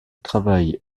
travaille